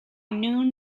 noon